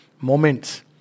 moments